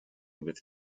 with